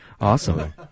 Awesome